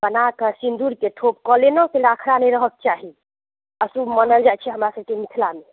बनाकऽ सिंदूरके ठोप कऽ लेलहुँ अखरा नहि रहऽके चाही अशुभ मानल जाइत छै हमरा सबकेँ मिथिलामे